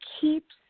keeps